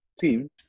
team